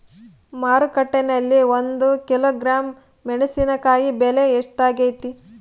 ಮಾರುಕಟ್ಟೆನಲ್ಲಿ ಒಂದು ಕಿಲೋಗ್ರಾಂ ಮೆಣಸಿನಕಾಯಿ ಬೆಲೆ ಎಷ್ಟಾಗೈತೆ?